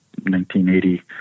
1980